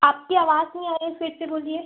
आपकी आवाज़ नइ आ रही फिर से बोलिए